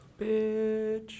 Bitch